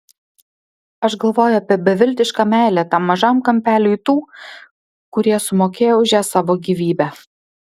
aš galvoju apie beviltišką meilę tam mažam kampeliui tų kurie sumokėjo už ją savo gyvybe